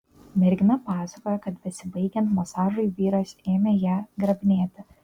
mergina pasakojo kad besibaigiant masažui vyras ėmė ją grabinėti